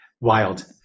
Wild